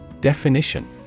Definition